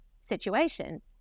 situation